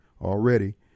already